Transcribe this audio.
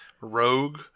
Rogue